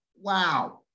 Wow